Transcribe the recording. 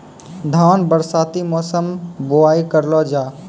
धान बरसाती मौसम बुवाई करलो जा?